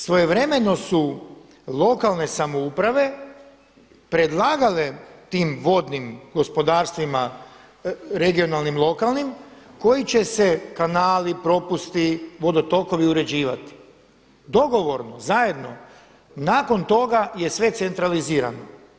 Svojevremeno su lokalne samouprave predlagale tim vodnim gospodarstvima regionalnim i lokalnim koji će se kanali, propusti, vodotokovi uređivati dogovorno, zajedno nakon toga je sve centralirano.